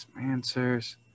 answers